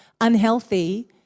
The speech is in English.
unhealthy